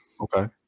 okay